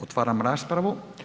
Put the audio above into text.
Otvaram raspravu.